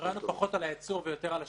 הרעיון הוא פחות על הייצור ויותר על השיווק.